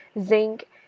zinc